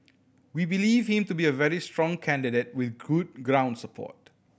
we believe him to be a very strong candidate with good ground support